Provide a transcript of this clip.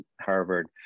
Harvard